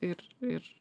ir ir